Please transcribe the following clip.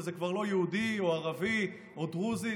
וזה כבר לא יהודי או ערבי או דרוזי,